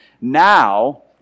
now